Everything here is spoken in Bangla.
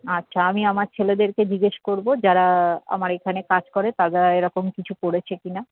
আচ্ছা আমি আমার ছেলেদেরকে জিজ্ঞেস করবো যারা আমার এখানে কাজ করে তারা এরকম কিছু করেছে কি না